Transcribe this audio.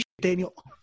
Daniel